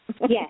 Yes